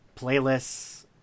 playlists